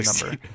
number